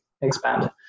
expand